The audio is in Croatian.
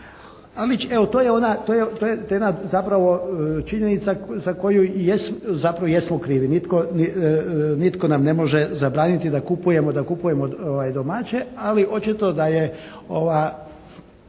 tema zapravo činjenica za koju zapravo jesmo krivi. Nitko nam ne može zabraniti da kupujemo domaće ali očito da je